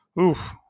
oof